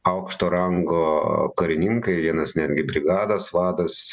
aukšto rango karininkai vienas netgi brigados vadas